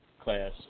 class